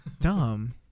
Dumb